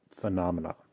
phenomena